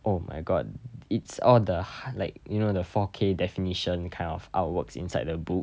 oh my god it's all the like you know the four K definition kind of artworks inside the book